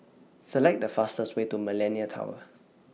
Select The fastest Way to Millenia Tower